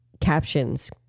captions